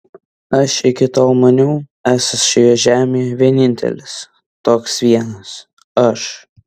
aš iki tol maniau esąs šioje žemėje vienintelis toks vienas aš